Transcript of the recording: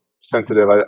sensitive